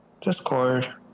Discord